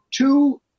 Two